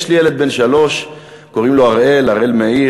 יש לי ילד בן שלוש, קוראים לו הראל, הראל מאיר,